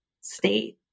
state